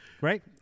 Right